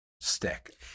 stick